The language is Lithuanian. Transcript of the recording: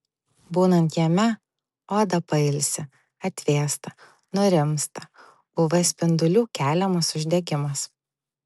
būnant jame oda pailsi atvėsta nurimsta uv spindulių keliamas uždegimas